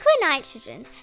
nitrogen